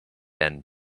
end